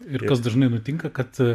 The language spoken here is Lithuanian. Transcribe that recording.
ir kas dažnai nutinka kad